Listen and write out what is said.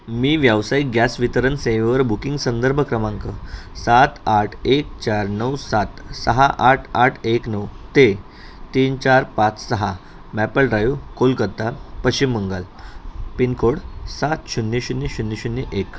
मी व्यावसायिक गॅस वितरण सेवेवर बुकिंग संदर्भ क्रमांक सात आठ एक चार नऊ सात सहा आठ आठ एक नऊ ते तीन चार पाच सहा maple drive Kolkata Paschim Bangal pincode सात शून्य शून्य शून्य शून्य एक